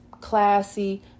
classy